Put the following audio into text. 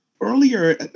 earlier